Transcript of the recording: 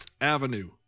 Avenue